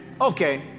okay